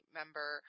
member